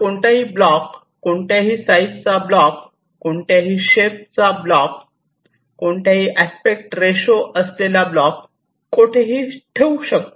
आपण कोणताही ब्लॉक कोणत्याही साईजचा ब्लॉक कोणत्याही शेप चा ब्लॉक कोणत्याही अस्पेक्ट रेशो असलेला ब्लॉक कोठेही ठेवू शकतो